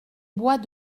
bois